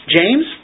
James